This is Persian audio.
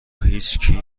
هیچکی